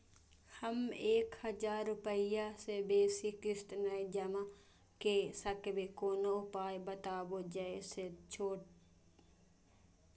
हम एक हजार रूपया से बेसी किस्त नय जमा के सकबे कोनो उपाय बताबु जै से कोनो छोट मोट कर्जा भे जै?